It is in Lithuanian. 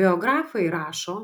biografai rašo